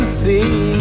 see